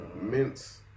mints